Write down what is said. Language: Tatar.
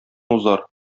узар